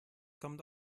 kommt